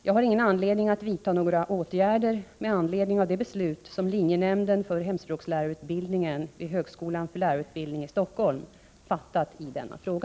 Jag har ingen anledning att vidta några åtgärder med anledning av det beslut som linjenämnden för hemspråkslärarutbildningen vid högskolan för lärarutbildning i Stockholm fattat i denna fråga.